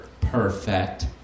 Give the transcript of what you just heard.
Perfect